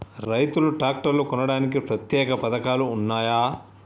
రైతులు ట్రాక్టర్లు కొనడానికి ప్రత్యేక పథకాలు ఉన్నయా?